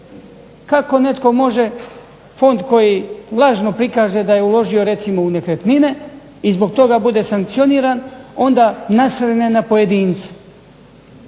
Kako netko može, fond koji lažno prikaže da je uložio recimo u nekretnine i zbog toga bude sankcioniran, onda nasrne na pojedince,